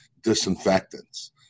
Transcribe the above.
disinfectants